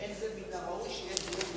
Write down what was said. אין זה מן הראוי שיהיה דיון,